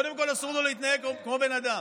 קודם כול אסור לו להתנהג כמו בן אדם,